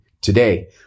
Today